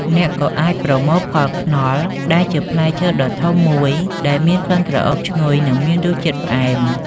អ្នកក៏អាចប្រមូលផលខ្នុរ ដែលជាផ្លែឈើដ៏ធំមួយដែលមានក្លិនក្រអូបឈ្ងុយនិងមានរសជាតិផ្អែម។